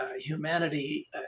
humanity